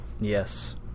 Yes